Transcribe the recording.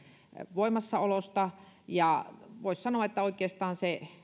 voimassaolosta voisi sanoa että oikeastaan se